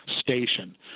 station